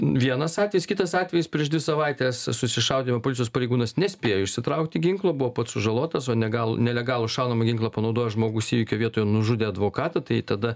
vienas atvejis kitas atvejis prieš dvi savaites susišaudyme policijos pareigūnas nespėjo išsitraukti ginklo buvo pats sužalotas o ne gal nelegalų šaunamąjį ginklą panaudojęs žmogus įvykio vietoje nužudė advokatą tai tada